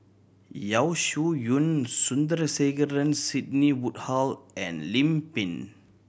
Yeo Shih Yun Sandrasegaran Sidney Woodhull and Lim Pin